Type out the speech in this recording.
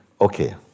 Okay